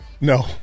No